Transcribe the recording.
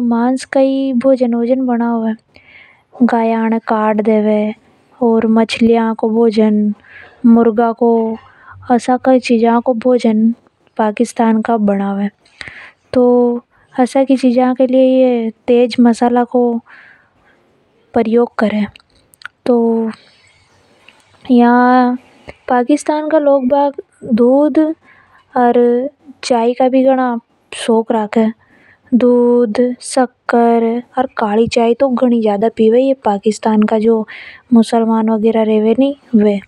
लोग मास को ही भोजन बनावे, गाय को भी काट देवे। मछली को भोजन, मुर्गा को भोजन एसा को भोजन पाकिस्तान का लोग बनावे। इन भोजन ए बना बा के लिए ये लोग तेज मसाला को उपयोग करे। यहां का लोग काली चाय का तो बहुत ज्यादा शौकीन है।